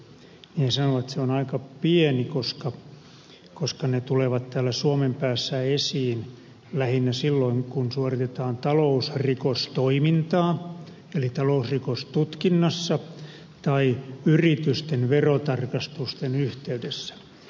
he sanoivat että riski on aika pieni koska ne tulevat täällä suomen päässä esiin lähinnä silloin kun suoritetaan talousrikostoimintaa eli talousrikostutkinnassa tai yritysten verotarkastusten yhteydessä